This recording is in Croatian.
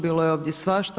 Bilo je ovdje svašta.